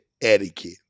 etiquette